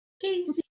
Casey